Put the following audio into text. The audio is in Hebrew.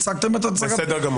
הצגתם את הצעת החוק.